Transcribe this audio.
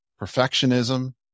perfectionism